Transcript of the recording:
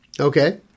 Okay